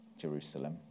Jerusalem